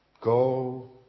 go